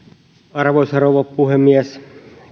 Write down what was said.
arvoisa rouva puhemies